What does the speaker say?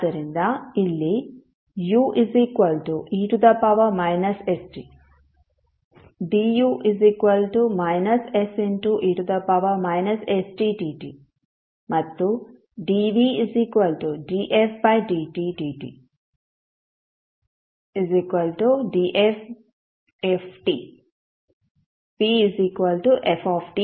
ಆದ್ದರಿಂದ ಇಲ್ಲಿ u e−st du −se−st dt ಮತ್ತು dv dfdt dt df v f